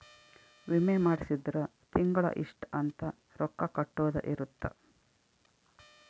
ವಿಮೆ ಮಾಡ್ಸಿದ್ರ ತಿಂಗಳ ಇಷ್ಟ ಅಂತ ರೊಕ್ಕ ಕಟ್ಟೊದ ಇರುತ್ತ